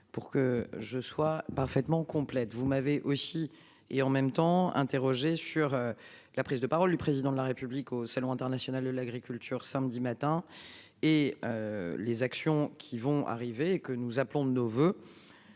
pour que je sois parfaitement complètes vous m'avez aussi et en même temps. Interrogé sur la prise de parole du président de la République au Salon international de l'agriculture samedi matin et. Les actions qui vont arriver et que nous appelons de nos voeux.